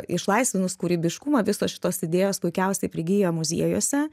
išlaisvinus kūrybiškumą visos šitos idėjos puikiausiai prigyja muziejuose